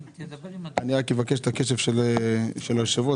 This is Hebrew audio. זה היה אחד הדיונים הראשונים